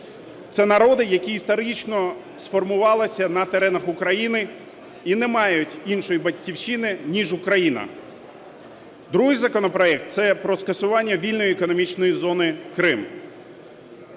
Це народи, які історично сформувалися на теренах України і не мають іншої Батьківщини ніж Україна. Другий законопроект – це про скасування вільної економічної зони "Крим".